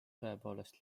tõepoolest